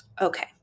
Okay